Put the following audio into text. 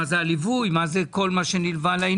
את כל מה שנלווה,